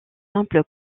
simple